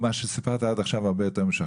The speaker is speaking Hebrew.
מה שסיפרת עד עכשיו הרבה יותר משכנע.